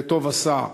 וטוב עשה.